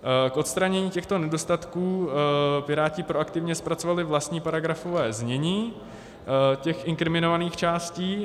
K odstranění těchto nedostatků Piráti proaktivně zpracovali vlastní paragrafové znění těch inkriminovaných částí.